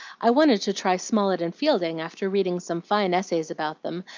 i wanted to try smollett and fielding, after reading some fine essays about them,